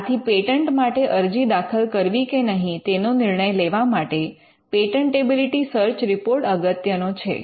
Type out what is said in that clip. આથી પેટન્ટ માટે અરજી દાખલ કરવી કે નહીં તેનો નિર્ણય લેવા માટે પેટન્ટેબિલિટી સર્ચ રિપોર્ટ અગત્યનો છે